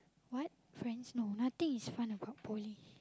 what friends no nothing is fun about poly